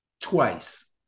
twice